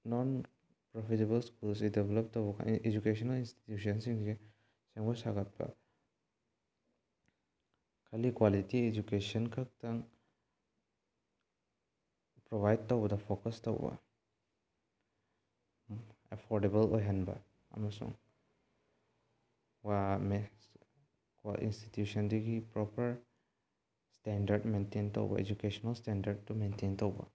ꯅꯣꯟ profitable ꯁ꯭ꯀꯨꯜꯁꯤ develop ꯇꯧꯕ educational ꯏꯟꯇꯤꯇ꯭ꯌꯨꯁꯟꯁꯤꯡꯁꯤ ꯁꯦꯝꯒꯠ ꯁꯥꯒꯠꯄ ꯈꯥꯂꯤ ꯀ꯭ꯋꯥꯂꯤꯇꯤ ꯏꯖꯨꯀꯦꯁꯟꯈꯛꯇꯪ ꯄ꯭ꯔꯣꯚꯥꯏꯠ ꯇꯧꯕꯗ ꯐꯣꯀꯁ ꯇꯧꯕ ꯑꯦꯐꯣꯔꯗꯦꯕꯜ ꯑꯣꯏꯍꯟꯕ ꯑꯃꯁꯨꯡ ꯏꯟꯁꯇꯤꯇ꯭ꯌꯨꯁꯟꯗꯨꯒꯤ ꯄ꯭ꯔꯣꯄꯔ ꯏꯁꯇꯦꯟꯗꯔꯠ ꯃꯦꯟꯇꯦꯟ ꯇꯧꯕ ꯏꯖꯨꯀꯦꯁꯟꯅꯦꯜ ꯏꯁꯇꯦꯟꯗꯔꯠꯇꯨ ꯃꯦꯟꯇꯦꯟ ꯇꯧꯕ